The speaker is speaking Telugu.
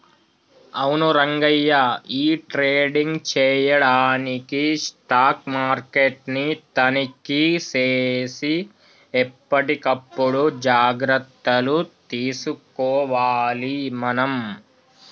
అవును రంగయ్య ఈ ట్రేడింగ్ చేయడానికి స్టాక్ మార్కెట్ ని తనిఖీ సేసి ఎప్పటికప్పుడు జాగ్రత్తలు తీసుకోవాలి మనం